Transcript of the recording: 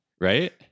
right